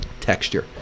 texture